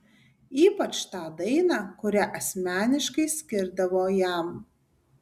ypač tą dainą kurią asmeniškai skirdavo jam